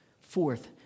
Fourth